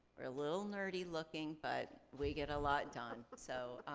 we're a little nerdy looking but we get a lot done. but so